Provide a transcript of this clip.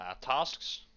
tasks